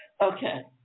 Okay